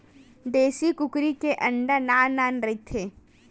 देसी कुकरी के अंडा नान नान रहिथे